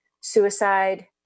suicide